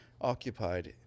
occupied